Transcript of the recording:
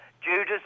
Judas